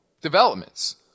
developments